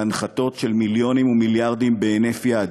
והנחתות של מיליונים ומיליארדים בהינף יד